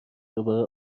دوباره